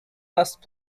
last